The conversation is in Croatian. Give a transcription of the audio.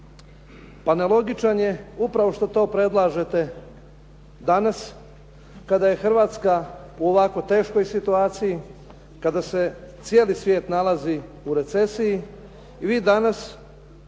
Pa nelogičan je upravo što to predlažete danas kada je Hrvatska u ovako teškoj situaciji, kada se cijeli svijet nalazi u recesiji vi danas